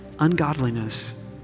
ungodliness